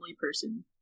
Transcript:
person